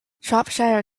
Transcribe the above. shropshire